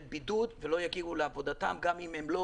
בידוד ולא יגיעו לעבודתם גם אם הם לא